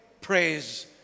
Praise